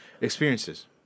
experiences